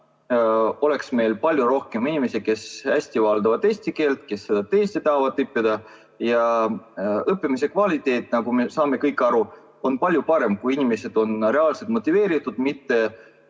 oleks meil palju rohkem inimesi, kes hästi valdavad eesti keelt, kes seda tõesti tahavad õppida. Õppimise kvaliteet, nagu me saame kõik aru, on palju parem, kui inimesed on reaalselt motiveeritud, mitte